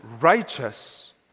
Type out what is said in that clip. righteous